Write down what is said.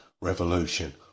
revolution